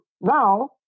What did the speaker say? now